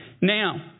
Now